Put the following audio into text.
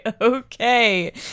okay